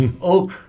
oak